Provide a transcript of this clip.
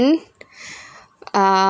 mm uh